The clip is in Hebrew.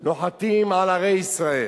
נוחתים על ערי ישראל,